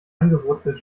angewurzelt